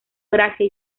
gracia